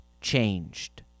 changed